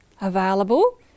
available